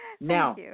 Now